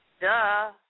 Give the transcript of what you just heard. duh